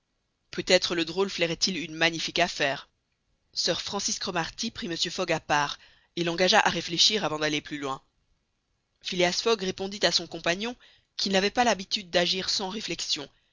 peut-être le drôle flairait il une magnifique affaire sir francis cromarty prit mr fogg à part et l'engagea à réfléchir avant d'aller plus loin phileas fogg répondit à son compagnon qu'il n'avait pas l'habitude d'agir sans réflexion